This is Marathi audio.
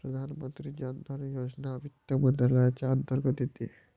प्रधानमंत्री जन धन योजना वित्त मंत्रालयाच्या अंतर्गत येते